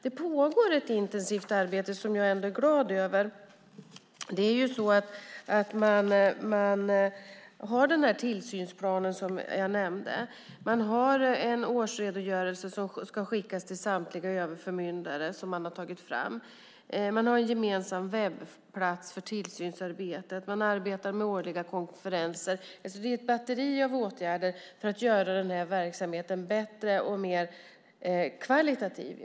Det pågår ett intensivt arbete som jag är glad över. Man har den här tillsynsplanen som jag nämnde. Man har tagit fram en årsredogörelse som ska skickas till samtliga överförmyndare. Man har en gemensam webbplats för tillsynsarbetet. Man arbetar med årliga konferenser. Det är ett batteri av åtgärder för att göra den här verksamheten bättre och mer kvalitativ.